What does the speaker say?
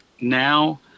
now